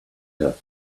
her